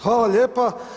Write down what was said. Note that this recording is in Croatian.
Hvala lijepa.